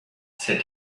said